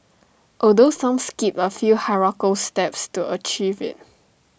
although some skipped A few hierarchical steps to achieve IT